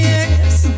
Yes